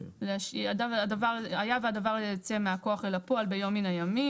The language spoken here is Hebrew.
היה והדבר הזה יצא מהכוח אל הפועל ביום מן הימים,